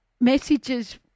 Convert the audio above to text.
messages